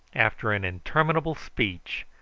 after an interminable speech,